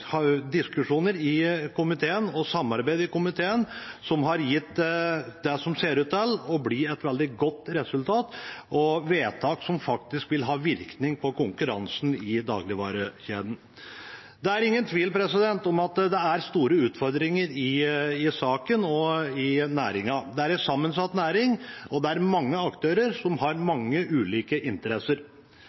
og samarbeid i komiteen, som har gitt det som ser ut til å bli et veldig godt resultat og vedtak som faktisk vil ha virkning på konkurransen i dagligvarekjedene. Det er ingen tvil om at det er store utfordringer i saken og i næringen. Det er en sammensatt næring, og det er mange aktører som har mange ulike interesser.